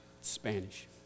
Spanish